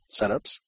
setups